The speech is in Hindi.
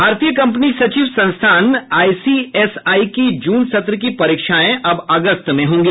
भारतीय कंपनी सचिव संस्थान आईसीएसआई की जून सत्र की परीक्षाएं अब अगस्त में होंगी